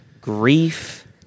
grief